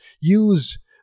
use